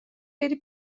بری